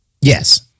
Yes